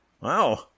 Wow